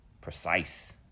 precise